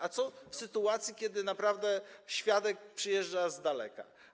A co w sytuacji, kiedy naprawdę świadek przyjeżdża z daleka?